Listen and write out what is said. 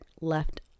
left